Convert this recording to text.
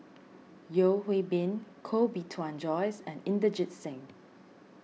Yeo Hwee Bin Koh Bee Tuan Joyce and Inderjit Singh